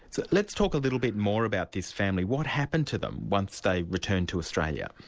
so let's talk a little bit more about this family. what happened to them once they returned to australia?